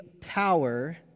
power